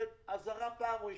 אזהרה פעם ראשונה.